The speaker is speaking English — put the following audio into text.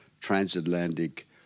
transatlantic